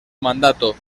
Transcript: mandato